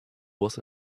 was